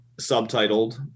subtitled